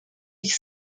ich